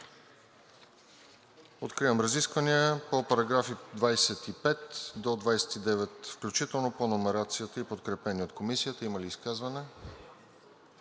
Откривам разискванията по параграфи от 25 до 29 включително по номерацията и подкрепени от Комисията. Има ли изказвания?